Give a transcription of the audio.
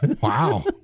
Wow